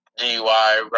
DUI